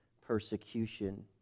persecution